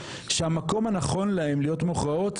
שהמקום הנכון להן להיות מוכרעות,